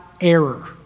error